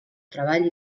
treball